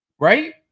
right